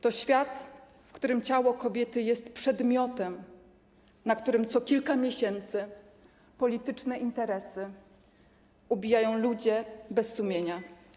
To świat, w którym ciało kobiety jest przedmiotem, na którym co kilka miesięcy polityczne interesy ubijają ludzie bez sumienia.